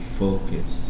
focus